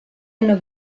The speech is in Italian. hanno